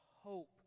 hope